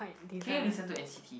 can you listen to n_c_t